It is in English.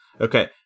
Okay